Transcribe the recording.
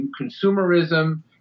consumerism